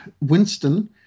Winston